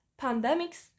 pandemics